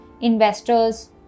investors